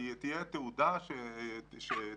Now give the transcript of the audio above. תהיה תעודה שתצא,